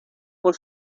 por